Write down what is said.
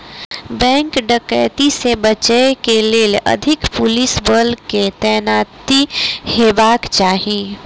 bank डकैती से बचय के लेल अधिक पुलिस बल के तैनाती हेबाक चाही